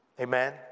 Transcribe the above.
Amen